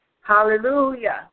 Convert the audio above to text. Hallelujah